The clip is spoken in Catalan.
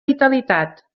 vitalitat